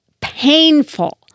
painful